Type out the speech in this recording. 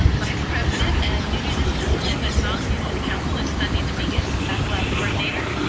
um vice president and new to this position, but not new to the council, is sundee dominguez back lab coordinator.